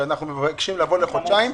כשאנחנו מבקשים לבוא לחודשיים,